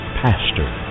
pastor